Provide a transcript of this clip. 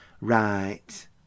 Right